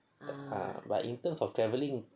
ah but in terms of travelling